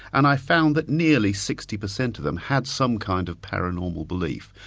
and i found that nearly sixty percent of them had some kind of paranormal belief,